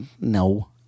No